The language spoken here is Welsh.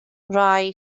rhai